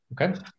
okay